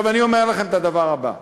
אני אומר לכם את הדבר הבא: